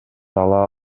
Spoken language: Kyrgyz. ала